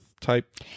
type